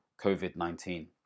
COVID-19